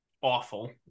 awful